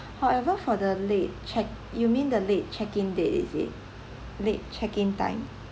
however for the late check you mean the late check in date is it late check in time